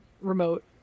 remote